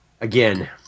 Again